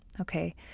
okay